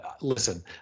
listen